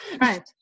right